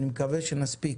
אני מקווה שנספיק